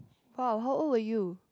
!wow! how old were you